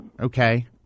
okay